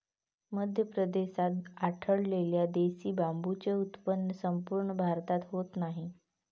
मध्य प्रदेशात आढळलेल्या देशी बांबूचे उत्पन्न संपूर्ण भारतभर होत नाही